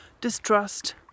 distrust